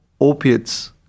opiates